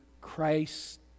Christ